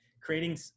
creating